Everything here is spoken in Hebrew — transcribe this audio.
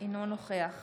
אינו נוכח